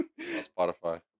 Spotify